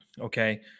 okay